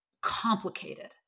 complicated